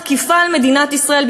תקיפה של מדינת ישראל,